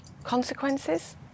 Consequences